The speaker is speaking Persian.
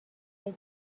بگم